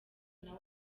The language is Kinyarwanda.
nawe